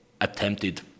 attempted